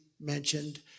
mentioned